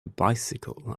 bicycle